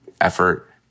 effort